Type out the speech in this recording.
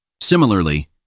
Similarly